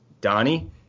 Donnie